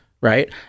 right